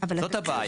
זאת הבעיה.